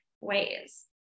ways